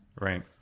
right